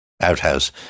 outhouse